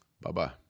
Bye-bye